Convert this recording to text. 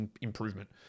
improvement